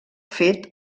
fet